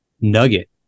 nugget